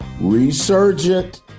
resurgent